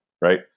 right